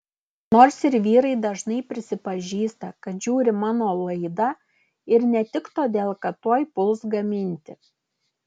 nors ir vyrai dažnai prisipažįsta kad žiūri mano laidą ir ne tik todėl kad tuoj puls gaminti